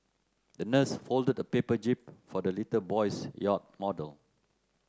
the nurse folded the paper jib for the little boy's yacht model